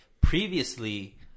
previously